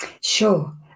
Sure